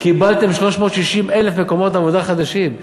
קיבלתם 360,000 מקומות עבודה חדשים,